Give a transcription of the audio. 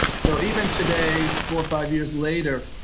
so even today, four or five years later,